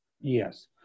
Yes